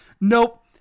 Nope